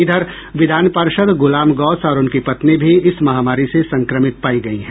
इधर विधा पार्षद् गुलाम गौस और उनकी पत्नी भी इस महामारी से संक्रमित पायी गयी है